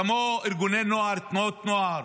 כמו ארגוני נוער ותנועות נוער,